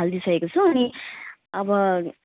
हालिदिइसकेको छु अनि अब